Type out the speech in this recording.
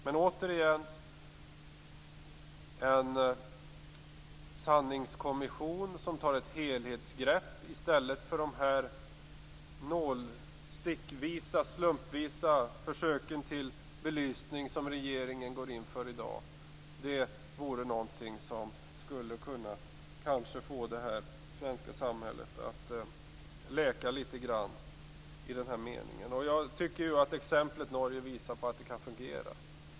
Men återigen: En sanningskommission, som tar ett helhetsgrepp i stället för de nålsticksvisa, slumpmässiga försök till belysning som regeringen i dag går in för, vore någonting som kanske skulle kunna få det svenska samhället att läka litet grand i det här avseendet. Jag tycker att exemplet Norge visar att det kan fungera.